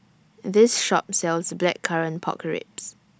This Shop sells Blackcurrant Pork Ribs